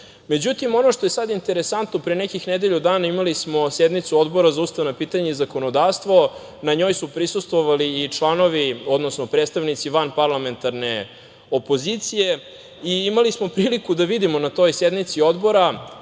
potpisa.Međutim, ono što je sada interesantno, pre nekih nedelju dana imali smo sednicu Odbora za ustavna pitanja i zakonodavstvo. Na njoj su prisustvovali i predstavnici vanparlamentarne opozicije. Imali smo priliku da vidimo na toj sednici odbora